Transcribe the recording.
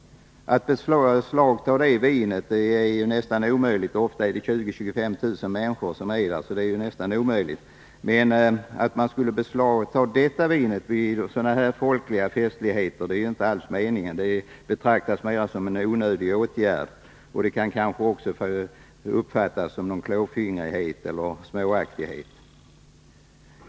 Att beslagta vinet vid dessa folkfester skulle vara omöjligt, eftersom 20 000-25 000 människor deltar. Det är inte heller meningen att vinet skall beslagtas vid dessa fester; det vore en helt onödig åtgärd. Den skulle också uppfattas som ett utslag av klåfingrighet eller småaktighet.